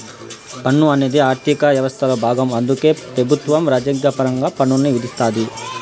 పన్ను అనేది ఆర్థిక యవస్థలో బాగం అందుకే పెబుత్వం రాజ్యాంగపరంగా పన్నుల్ని విధిస్తాది